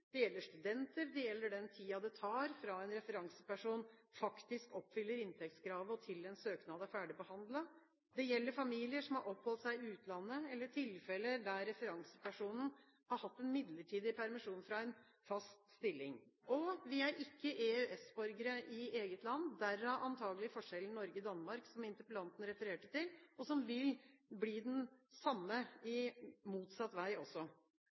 Det gjelder studenter, det gjelder den tiden det tar fra en referanseperson faktisk oppfyller inntektskravet, og til en søknad er ferdig behandlet, det gjelder familier som har oppholdt seg i utlandet, eller tilfeller der referansepersonen har hatt en midlertidig permisjon fra en fast stilling. Vi er ikke EØS-borgere i eget land, derav antakelig forskjellen mellom Norge og Danmark som interpellanten refererte til, og som vil bli den samme motsatt vei også.